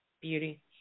beauty